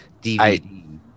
DVD